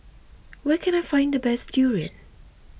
where can I find the best durian